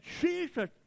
Jesus